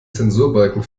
zensurbalken